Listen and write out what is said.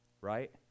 Right